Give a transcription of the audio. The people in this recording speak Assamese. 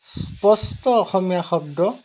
স্পষ্ট অসমীয়া শব্দ